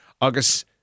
August